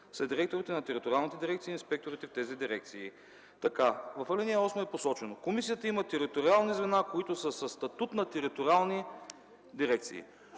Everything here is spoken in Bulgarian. са директорите на териториалните дирекции и инспекторите в тези дирекции”. В ал. 8 е посочено: „Комисията има териториални звена, които са със статут на териториални дирекции”.